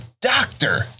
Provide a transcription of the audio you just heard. doctor